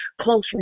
close